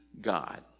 God